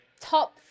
top